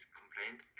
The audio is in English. complaint